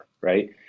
right